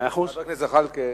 חבר הכנסת זחאלקה,